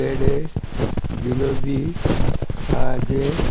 पेडे जिलोबी खाजें